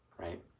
right